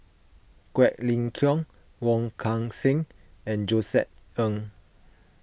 Quek Ling Kiong Wong Kan Seng and Josef Ng